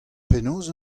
penaos